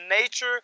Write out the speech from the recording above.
nature